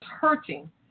hurting